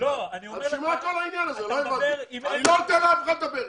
רק חברי כנסת יכולים לדבר עכשיו.